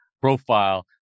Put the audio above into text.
profile